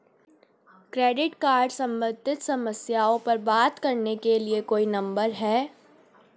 Credit card सम्बंधित समस्याओं पर बात करने के लिए कोई नंबर है?